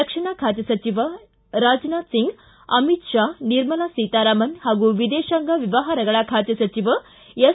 ರಕ್ಷಣಾ ಖಾತೆ ಸಚಿವ ರಾಜನಾಥ್ ಸಿಂಗ್ ಅಮಿತ್ ಶಾ ನಿರ್ಮಲಾ ಸೀತಾರಾಮನ್ ಹಾಗೂ ವಿದೇಶಾಂಗ್ ವ್ಯವಹಾರಗಳ ಖಾತೆ ಸಚಿವ ಎಸ್